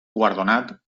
guardonat